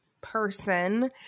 person